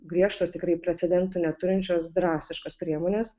griežtos tikrai precedentų neturinčios drastiškos priemonės